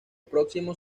próximo